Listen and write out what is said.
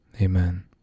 Amen